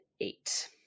eight